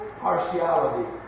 partiality